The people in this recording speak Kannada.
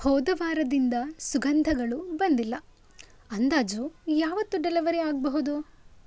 ಹೋದ ವಾರದಿಂದ ಸುಗಂಧಗಳು ಬಂದಿಲ್ಲ ಅಂದಾಜು ಯಾವತ್ತು ಡೆಲಿವರಿ ಆಗಬಹುದು